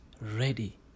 ready